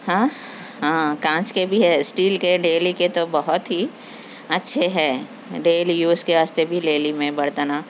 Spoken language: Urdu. ہاں ہاں کانچ کے بھی ہے اسٹیل کے ڈیلی کے تو بہت ہی اچھے ہیں ڈیلی یوز کے واسطے بھی لے لی میں برتناں